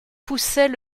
poussaient